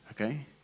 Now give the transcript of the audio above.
Okay